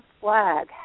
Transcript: flag